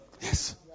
Yes